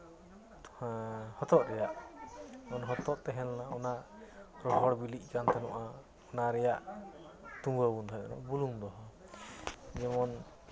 ᱦᱮᱸ ᱦᱚᱛᱚᱫ ᱨᱮᱭᱟᱜ ᱛᱚᱠᱷᱚᱱ ᱦᱚᱛ ᱚᱫ ᱛᱮᱦᱮᱸᱞᱮᱱᱟ ᱚᱱᱟ ᱨᱚᱦᱚᱲ ᱵᱤᱞᱤᱜ ᱠᱟᱱ ᱛᱟᱦᱮᱸᱱᱚᱜᱼᱟ ᱚᱱᱟ ᱨᱮᱭᱟᱜ ᱛᱩᱸᱵᱟᱹ ᱵᱚᱱ ᱫᱚᱦᱚᱭᱮᱫ ᱛᱟᱦᱮᱱᱟ ᱵᱩᱞᱩᱝ ᱫᱚᱦᱚ ᱡᱮᱢᱚᱱ